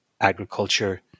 agriculture